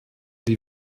die